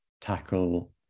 tackle